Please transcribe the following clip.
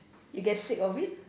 you get sick of it